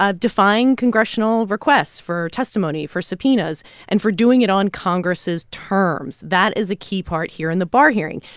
ah defying congressional requests for testimony, for subpoenas and for doing it on congress' terms. that is a key part here in the barr hearing.